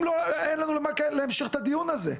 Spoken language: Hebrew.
אם לא, אין לנו למה להמשיך את הדיון הזה.